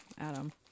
Adam